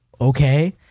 okay